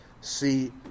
see